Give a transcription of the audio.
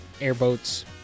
airboats